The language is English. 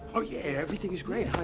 oh yeah, everything is great,